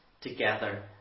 together